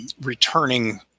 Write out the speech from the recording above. returning